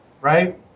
Right